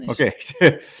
okay